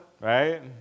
right